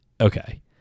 Okay